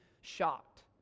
shocked